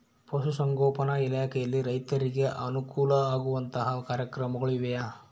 ಪಶುಸಂಗೋಪನಾ ಇಲಾಖೆಯಲ್ಲಿ ರೈತರಿಗೆ ಅನುಕೂಲ ಆಗುವಂತಹ ಕಾರ್ಯಕ್ರಮಗಳು ಇವೆಯಾ?